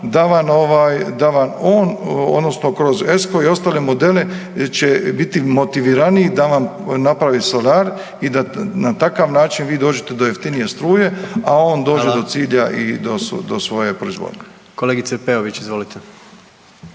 da vam on odnosno kroz ESCO i ostale modele će biti motiviraniji da vam napravi solar i da na takav način vi dođete do jeftinije struje, a on dođe do cilja i do svoje proizvodnje. **Jandroković, Gordan